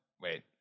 Wait